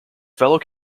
fellow